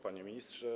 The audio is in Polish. Panie Ministrze!